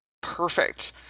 perfect